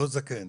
לא זקן,